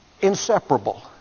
inseparable